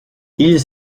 ils